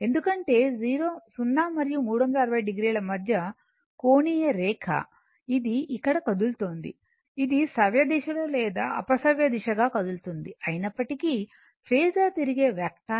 ఎందుకంటే 0 మరియు 360 o మధ్య కోణీయ రేఖ ఇది ఇక్కడ కదులుతోంది ఇది సవ్యదిశలో లేదా లేదా అపసవ్యదిశ గా కదులుతోంది అయినప్పటికీ ఫేసర్ తిరిగే వెక్టార్